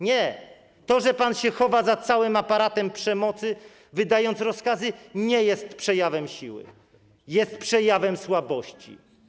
Nie, to, że pan się chowa za całym aparatem przemocy, wydając rozkazy, nie jest przejawem siły, jest przejawem słabości.